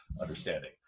understanding